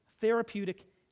therapeutic